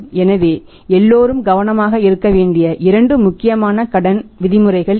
எனவே எல்லோரும் கவனமாக இருக்க வேண்டிய இரண்டு முக்கியமான கடன் விதிமுறைகள் இவை